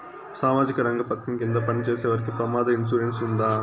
సామాజిక రంగ పథకం కింద పని చేసేవారికి ప్రమాద ఇన్సూరెన్సు ఉందా?